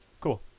cool